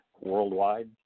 worldwide